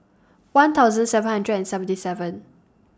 one thousand seven hundred and seventy seven